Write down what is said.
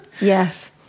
Yes